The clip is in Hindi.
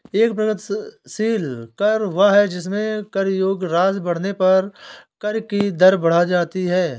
एक प्रगतिशील कर वह है जिसमें कर योग्य राशि बढ़ने पर कर की दर बढ़ जाती है